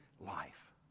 life